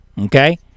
Okay